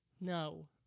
No